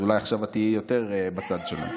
אז אולי עכשיו את תהיי יותר בצד שלנו.